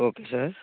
okay sir